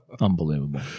unbelievable